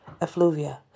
effluvia